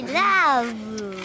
love